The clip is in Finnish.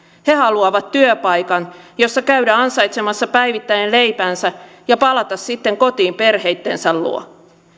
he haluavat työpaikan jossa käydä ansaitsemassa päivittäinen leipänsä ja palata sitten kotiin perheittensä luo